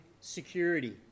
security